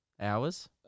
hours